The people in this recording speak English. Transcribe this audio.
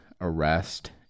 arrest